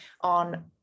on